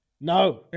No